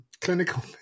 clinical